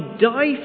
die